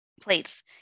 plates